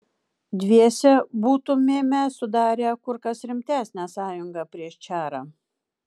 dviese būtumėme sudarę kur kas rimtesnę sąjungą prieš čarą